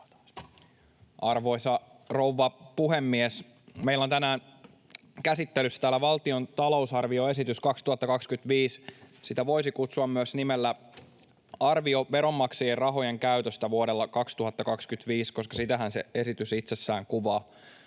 Arvoisa rouva puhemies! Meillä on tänään käsittelyssä täällä valtion talousarvioesitys 2025. Sitä voisi kutsua myös nimellä ”Arvio veronmaksajien rahojen käytöstä vuodelle 2025”, koska sitähän se esitys itsessään kuvaa.